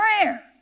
prayer